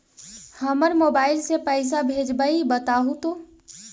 हम मोबाईल से पईसा भेजबई बताहु तो?